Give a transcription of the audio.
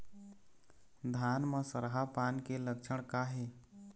धान म सरहा पान के लक्षण का हे?